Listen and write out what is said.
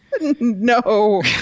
No